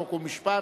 חוק ומשפט.